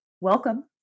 welcome